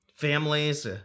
Families